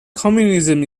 communism